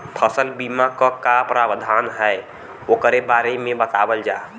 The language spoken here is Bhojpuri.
फसल बीमा क का प्रावधान हैं वोकरे बारे में बतावल जा?